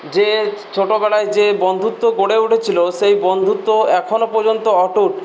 যে ছোটবেলায় যে বন্ধুত্ব গড়ে উঠেছিল সেই বন্ধুত্ব এখনও পর্যন্ত অটুট